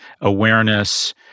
awareness